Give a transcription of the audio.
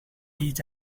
his